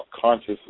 conscious